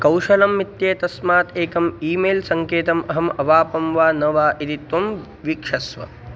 कौशलम् इत्येतस्मात् एकम् ई मेल् सङ्केतम् अहम् अवापं वा न वा इति त्वं वीक्षस्व